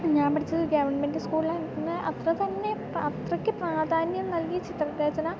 ഞാൻ പഠിച്ചത് ഗവൺമെൻ്റ് സ്കൂളിൽ തന്നെ അത്ര തന്നെ അത്രക്ക് പ്രാധാന്യം നൽകി ചിത്രരചന